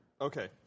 Okay